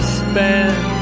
spend